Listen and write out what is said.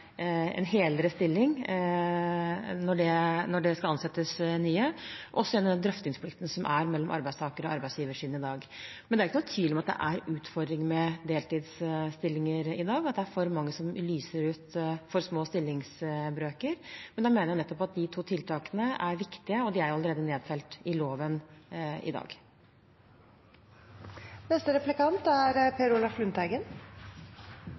en helere stilling når det skal ansettes nye, og den generelle drøftingsplikten som er mellom arbeidstaker- og arbeidsgiversiden i dag. Men det er ikke noen tvil om at det er utfordringer med deltidsstillinger i dag. Det er for mange som lyser ut for små stillingsbrøker. Da mener jeg at de to tiltakene jeg nevnte, er viktige, og de er allerede nedfelt i loven i